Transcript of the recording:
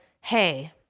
hey